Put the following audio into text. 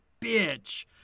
bitch